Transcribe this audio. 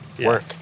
work